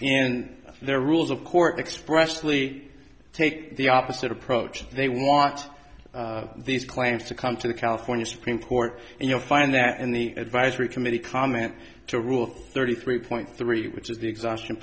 and their rules of court expressed lee take the opposite approach they want these claims to come to the california supreme court and you'll find that in the advisory committee comment to rule thirty three point three which is the exhaustion